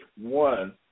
one